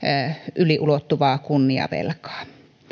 yli ulottuvaa kunniavelkaa